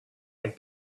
and